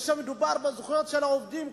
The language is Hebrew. כאשר מדובר בזכויות של העובדים,